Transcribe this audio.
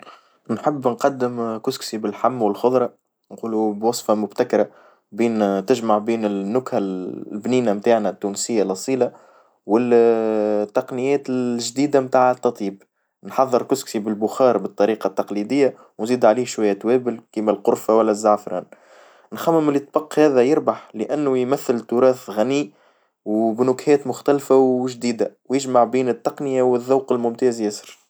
نحب نقدم كسكسي بالحم والخظرة، نقولو بوصفة مبتكرة بين تجمع بين النكهة البنينة متاعنا التونسية الأصيلة، وال التقنيات الجديدة متاع التطييب، نحضر كسكسي بالبخار بالطريقة التقليدية وزيد عليه شوية توابل كيما القرفة والا الزعفران نخمم الأطباق هذا يربح لانه يمثل تراث غني وبنكهات مختلفة وجديدة ويجمع بين التقنية والذوق الممتاز يسر.